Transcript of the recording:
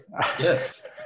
yes